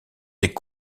des